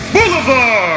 Boulevard